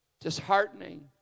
disheartening